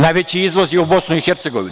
Najveći izvoz je u BiH.